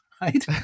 right